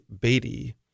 Beatty